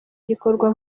gikorwa